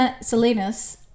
Salinas